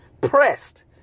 pressed